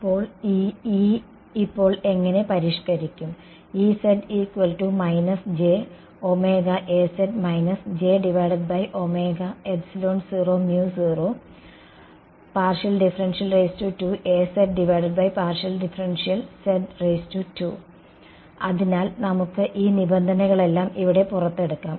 അപ്പോൾ ഈ E ഇപ്പോൾ എങ്ങനെ പരിഷ്കരിക്കും അതിനാൽ നമുക്ക് ഈ നിബന്ധനകളെല്ലാം ഇവിടെ പുറത്തെടുക്കാം